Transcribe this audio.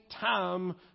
time